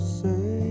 say